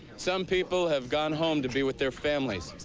some people have gone home to be withheir families.